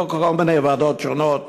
כל מיני ועדות שונות,